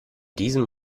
diesem